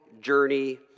journey